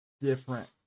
different